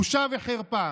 בושה וחרפה.